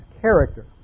character